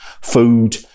food